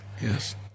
Yes